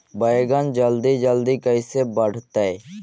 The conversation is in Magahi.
बैगन जल्दी जल्दी कैसे बढ़तै?